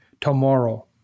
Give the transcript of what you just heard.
Tomorrow